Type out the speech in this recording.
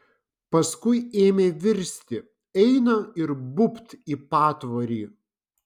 paskui ėmė virsti eina ir bubt į patvorį